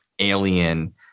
alien